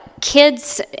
kids